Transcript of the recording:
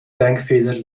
denkfehler